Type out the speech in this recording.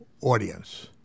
audience